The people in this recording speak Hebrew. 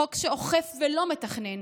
חוק שאוכף ולא מתכנן,